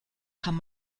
kann